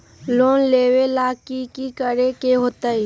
Loan लेबे ला की कि करे के होतई?